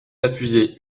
appuyé